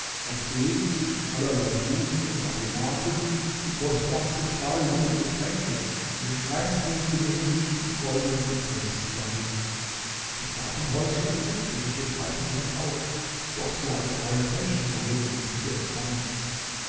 auf dem zwischen allerlei blumen und aromaten die kostbarsten speisen und getränke in den feinsten chinesischen und goldenen gefäßen standen das gartenhäuschen entzückte mich und heiterte mich auf doch sah ich keinen menschen darin um mich zu empfangen